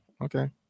Okay